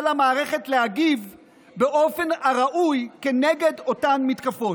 המערכת להגיב באופן הראוי כנגד אותן מתקפות.